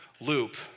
loop